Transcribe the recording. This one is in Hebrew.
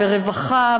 ברווחה,